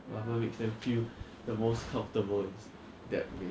whatever makes them feel the most comfortable is that